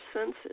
senses